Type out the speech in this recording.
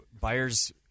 buyers